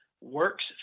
works